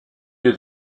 lieu